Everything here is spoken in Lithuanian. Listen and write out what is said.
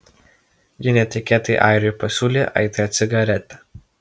ji netikėtai airiui pasiūlė aitrią cigaretę